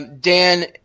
Dan